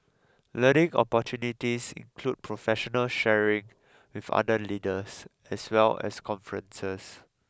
learning opportunities include professional sharing with other leaders as well as conferences